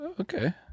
okay